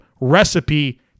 recipe